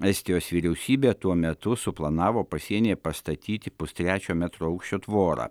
estijos vyriausybė tuo metu suplanavo pasienyje pastatyti pustrečio metro aukščio tvorą